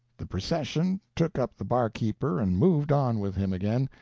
the procession took up the barkeeper and moved on with him again,